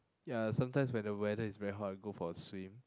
ya sometimes when the weather is very hot I go for a swim